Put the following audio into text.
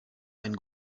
ein